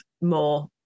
more